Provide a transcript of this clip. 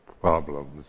problems